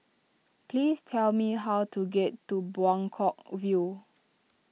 please tell me how to get to Buangkok View